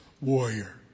warrior